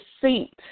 seat